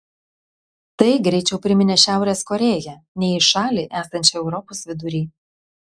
tai greičiau priminė šiaurės korėją nei į šalį esančią europos vidury